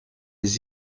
des